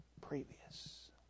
previous